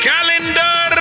Calendar